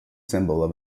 symbol